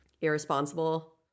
Irresponsible